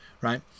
Right